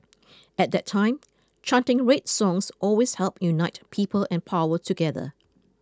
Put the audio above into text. at that time chanting red songs always helped unite people and power together